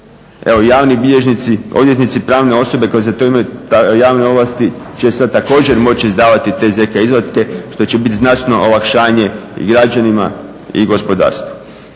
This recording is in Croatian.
Evo javni bilježnici, odvjetnici, pravne osobe koje za to imaju javne ovlasti će sad također moći izdavati te ZK izvatke što će biti znatno olakšanje i građanima i gospodarstvu.